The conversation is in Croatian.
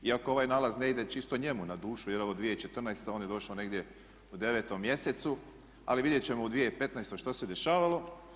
Iako ovaj nalaz ne ide čisto njemu na dušu jer je ovo 2014. a on je došao negdje u 9. mjesecom ali vidjeti ćemo u 2015. što se dešavalo.